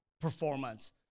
performance